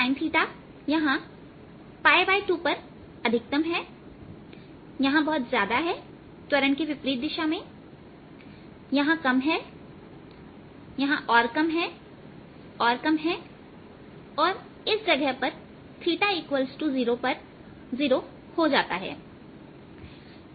sin θ यहां 2 पर अधिकतम हैयहां बहुत ज्यादा है त्वरण के विपरीत दिशा में यहां कम है और कम यहां और कम है और इस जगह पर θ 0 पर जीरो हो जाता है